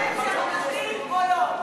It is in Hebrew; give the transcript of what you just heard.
פנסיה ממלכתית או לא.